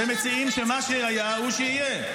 אתם מציעים שמה שהיה הוא שיהיה.